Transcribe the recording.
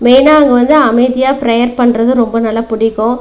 மெயினாக அங்கே வந்து அமைதியாக ப்ரேயர் பண்ணுறது ரொம்ப நல்லா பிடிக்கும்